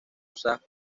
usadas